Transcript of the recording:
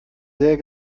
sehr